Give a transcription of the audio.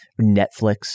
Netflix-